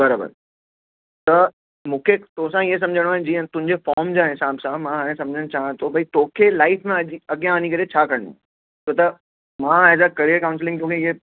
बरोबर त मूंखे तोसां ईअं समुझणो आहे जीअं तुंहिंजे फॉर्म जा हिसाबु सां मां हाणे सम्झणु चाहियां थो ब भाइ तोखे लाइफ में अॻ अॻियां वञी करे छा करिणो आहे छो त मां ऐज़ अ करियर काऊंसलिंग तोखे इएं